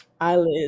eyelids